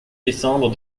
décembre